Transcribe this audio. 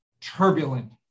turbulent